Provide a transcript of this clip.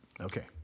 Okay